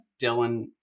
Dylan